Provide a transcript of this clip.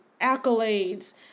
accolades